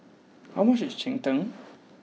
how much is Cheng Tng